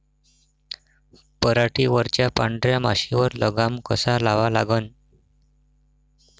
पराटीवरच्या पांढऱ्या माशीवर लगाम कसा लावा लागन?